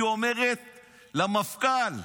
היא אומרת למפכ"ל: